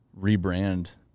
rebrand